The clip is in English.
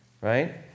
right